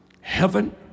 Heaven